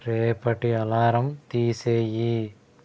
రేపటి అల్లారం తీసెయ్యి